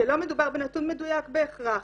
שלא מדובר בנתון מדויק בהכרח